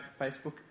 Facebook